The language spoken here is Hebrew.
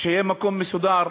ושיהיה מקום מסודר,